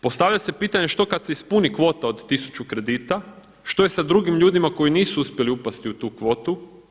Postavlja se pitanje što kada se ispuni kvota od tisuću kredita, što je sa drugim ljudima koji nisu uspjeli upasti u tu kvotu.